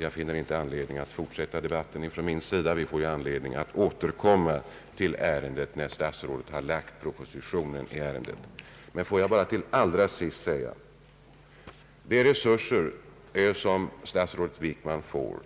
Jag finner, herr talman, inte anledning att fortsätta debatten, då vi ju får möjlighet att återkomma till ärendet när statsrådet har lagt fram propositionen. Får jag dock bara till sist säga följande. När statsrådet Wickman får